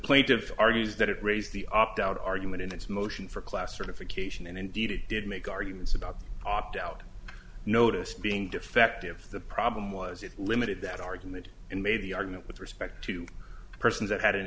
plaintiffs argues that it raised the opt out argument in its motion for class certification and indeed it did make arguments about opt out notice being defective the problem was it limited that argument and made the argument with respect to persons that had an